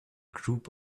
group